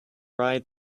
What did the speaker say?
ride